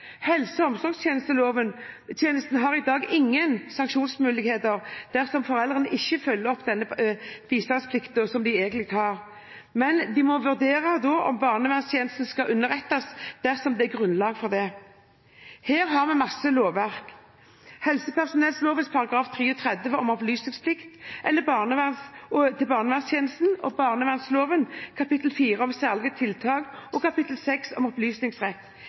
har i dag ingen sanksjonsmuligheter dersom foreldrene ikke følger opp denne bistandsplikten, men må da vurdere om barnevernstjenesten skal underrettes dersom det er grunnlag for det. Her har vi masse lovverk: helsepersonelloven § 33 om opplysningsplikt til barnevernstjenesten og barnevernlovens kapittel 4 om særlige tiltak og kapittel 6 om opplysningsrett.